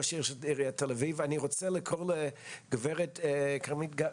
של ראשי הרשויות לאמץ את תוכנית הפעולה.